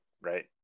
right